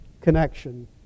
connection